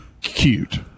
cute